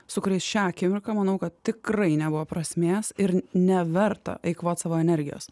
su kuriais šią akimirką manau kad tikrai nebuvo prasmės ir neverta eikvot savo energijos